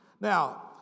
Now